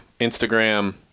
Instagram